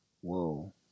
Whoa